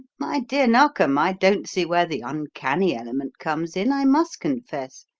my dear narkom, i don't see where the uncanny element comes in, i must confess,